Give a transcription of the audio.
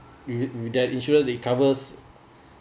their insurance it covers